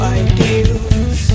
ideals